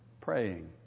praying